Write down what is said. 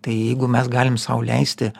tai jeigu mes galim sau leisti